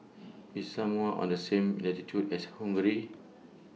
IS Samoa on The same latitude as Hungary